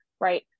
Right